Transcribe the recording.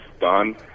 done